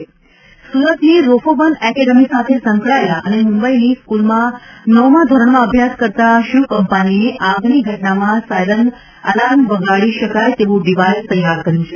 સુરત આગ ડિવાઇસ સુરતની Robofun academy સાથે સંકળાયેલા અને મુંબઇની સ્કૂલમાં નવમાં ધોરણમાં અભ્યાસ કરતા શિવ કંપાનીએ આગની ઘટનામાં સાયરન અલાર્મ વગાડી શકાય એવું ડિવાઇસ તૈયાર કર્યું છે